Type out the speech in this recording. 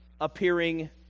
appearing